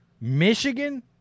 Michigan